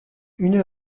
une